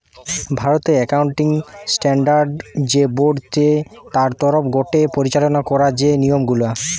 ভারতের accounting standard যে board চে তার তরফ গটে পরিচালনা করা যে নিয়ম গুলা